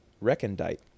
recondite